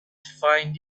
find